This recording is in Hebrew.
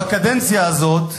בקדנציה הזאת,